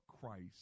Christ